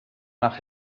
nach